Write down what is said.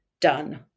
done